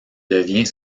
devient